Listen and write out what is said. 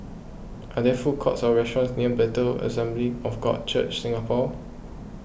are there food courts or restaurants near Bethel Assembly of God Church Singapore